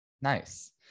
Nice